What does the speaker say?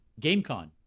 GameCon